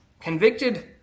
convicted